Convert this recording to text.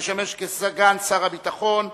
המשמש סגן שר הביטחון.